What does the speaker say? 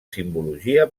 simbologia